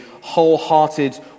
wholehearted